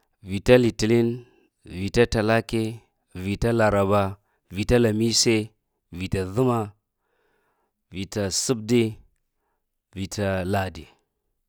Vita lətinin, vita talake, vita laraba, vita lamise, vita zləma, vita sabdi, vita lade.